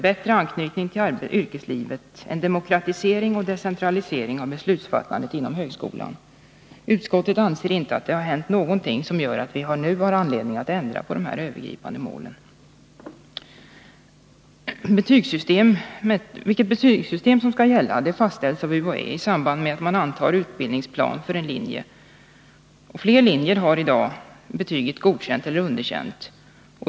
bättre anknytning till yrkeslivet samt demokratisering och decentralisering av beslutsfattandet inom högskolan. Utskottet anser inte att det har hänt någonting som gör att vi nu har anledning att ändra på de övergripande målen. Vilket betygssystem som skall gälla fastställs av UHÄ i samband med att ämbetet antar utbildningsplan för en linje. Flera linjer har i dag bara betygen Godkänd resp. Underkänd.